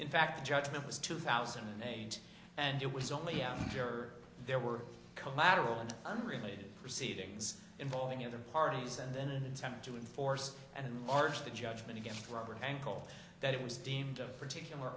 in fact judgment was two thousand and eight and it was only i'm sure there were collateral and unrelated proceedings involving the other parties and then an attempt to enforce and large the judgment against robert ankle that it was deemed of particular